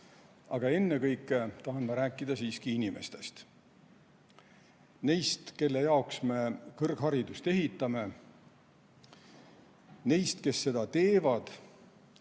Aga ennekõike tahan ma rääkida siiski inimestest, neist, kelle jaoks me kõrgharidust ehitame, neist, kes seda teevad,